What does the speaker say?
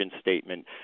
statement